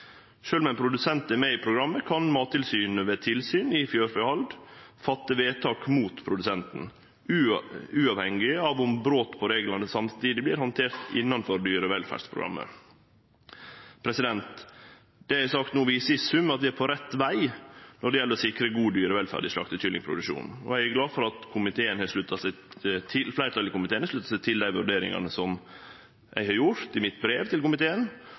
om ein produsent er med i programmet, kan Mattilsynet ved tilsyn i fjørfehald fatte vedtak mot produsenten, uavhengig av om brot på reglane samstundes vert handterte innanfor dyrevelferdsprogrammet. Det eg har sagt no, viser i sum at vi er på rett veg når det gjeld å sikre god dyrevelferd i slaktekyllingproduksjonen. Eg er glad for at fleirtalet i komiteen har slutta seg til dei vurderingane som eg har gjort i brevet mitt til komiteen,